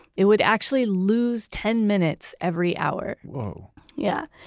it would actually lose ten minutes every hour whoa yeah.